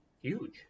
Huge